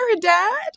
dad